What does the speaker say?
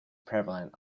prevalent